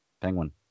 Penguin